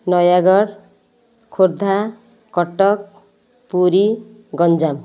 Nayagarh Khordha Cuttack Puri Ganjam